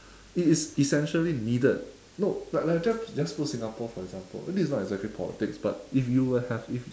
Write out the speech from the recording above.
it is essentially needed no but like just just put singapore for example this is not just politics but if you were have if